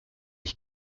ich